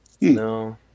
no